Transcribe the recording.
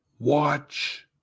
Watch